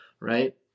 Right